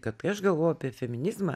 kad kai aš galvoju apie feminizmą